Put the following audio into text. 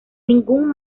ningún